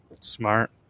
Smart